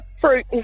Fruit